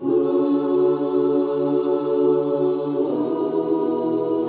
who